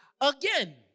again